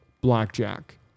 Blackjack